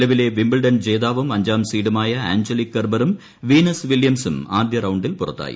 നിലവിലെ വിംബിൾഡൺ ജേതാവും അഞ്ചാം സീഡുമായ അഞ്ജലിക് കെർബറും വീനസ് വില്യംസും ആദ്യ റൌണ്ടിൽ പുറത്തായി